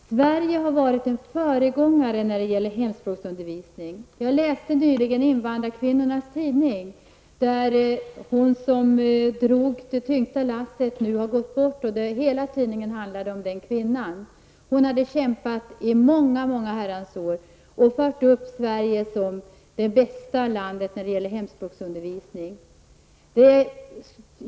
Herr talman! Sverige har varit ett föregångsland när det gäller hemspråksundervisning. Jag läste nyligen invandrarkvinnornas tidning. Den kvinna som drog det tyngsta lasset när det gäller hemspråksundervisningen har nu gått bort, och hela tidningen handlade om henne. Hon kämpade i många Herrans år och förde upp Sverige till att bli det bästa landet när det gäller hemspråksundervisning.